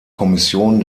kommission